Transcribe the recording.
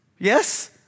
Yes